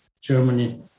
Germany